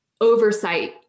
oversight